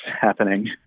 happening